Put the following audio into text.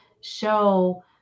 show